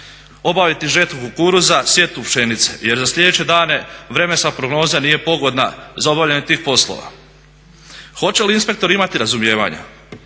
obaviti žetvu kukuruza, sjetvu pšenice jer za sljedeće dane vremenska prognoza nije pogodna za obavljanje tih poslova. Hoće li inspektor imati razumijevanja?